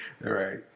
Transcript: Right